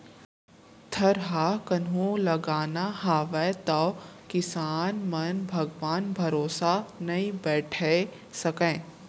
थरहा कहूं लगाना हावय तौ किसान मन भगवान भरोसा नइ बइठे सकयँ